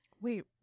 Wait